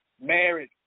married